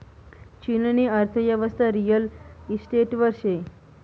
चीननी अर्थयेवस्था रिअल इशटेटवर शे